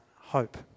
hope